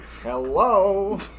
Hello